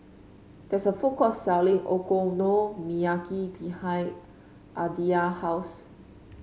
there is a food court selling Okonomiyaki behind Aditya house